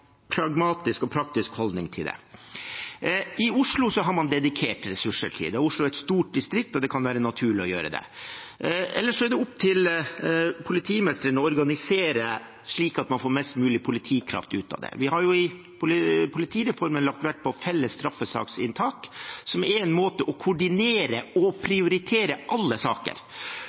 pragmatisk og praktisk holdning til det. I Oslo har man dedikerte ressurser til det. Oslo er et stort distrikt og det kan være naturlig å gjøre det. Ellers er det opp til politimestrene å organisere slik at man får mest mulig politikraft ut av det. Vi har jo i politireformen lagt vekt på felles straffesaksinntak, som er en måte å koordinere og prioritere alle saker på, for det er viktig at det sitter noen og sier hvilke saker